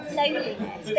loneliness